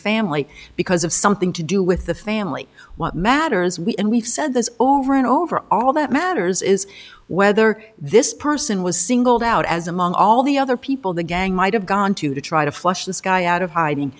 family because of something to do with the family what matters we and we've said this over and over all that matters is whether this person was singled out as among all the other people the gang might have gone to to try to flush this guy out of hiding